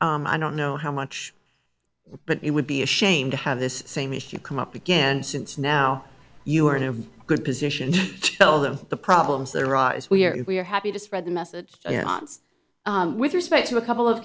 i don't know how much but it would be a shame to have this same issue come up again since now you are in a good position to tell them the problems that arise we're we're happy to spread the message with respect to a couple of